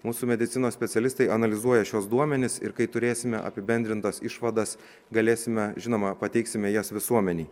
mūsų medicinos specialistai analizuoja šiuos duomenis ir kai turėsime apibendrintas išvadas galėsime žinoma pateiksime jas visuomenei